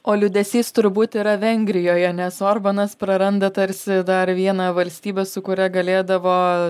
o liūdesys turbūt yra vengrijoje nes orbanas praranda tarsi dar vieną valstybę su kuria galėdavo